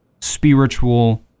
spiritual